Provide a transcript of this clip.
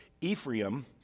Ephraim